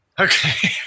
Okay